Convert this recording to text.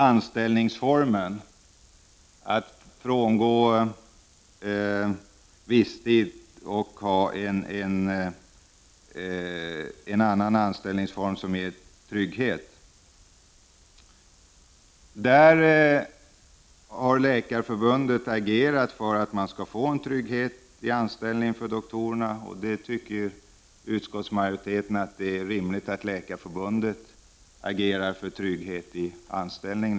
I fråga om att frångå visstidsanställning och ha en annan anställningsform som ger trygghet har Läkarförbundet agerat för att läkarna skall få en trygghet i anställningen. Utskottsmajoriteten tycker att det är rimligt att Läkarförbundet agerar för trygghet i anställningen.